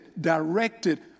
directed